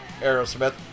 Aerosmith